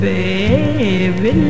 baby